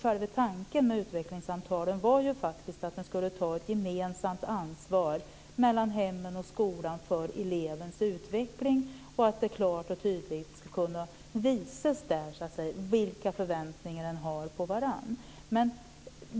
Själva tanken med utvecklingssamtalen var ju faktiskt att man skulle ta ett gemensamt ansvar mellan hemmen och skolan för elevens utveckling. Det skulle där klart och tydligt kunna visas vad man hade för förväntningar på varandra.